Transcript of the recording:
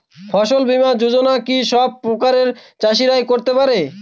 ফসল বীমা যোজনা কি সব প্রকারের চাষীরাই করতে পরে?